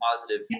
positive